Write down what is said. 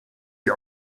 die